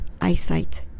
eyesight